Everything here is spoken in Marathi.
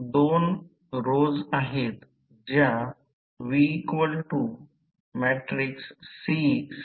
तर हे V2 0 V2V2 I2 Re2 cos ∅2 XE2 sin ∅2V2 आहे